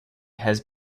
has